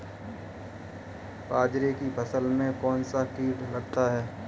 बाजरे की फसल में कौन सा कीट लगता है?